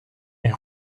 est